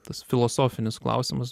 tas filosofinis klausimas